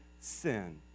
sin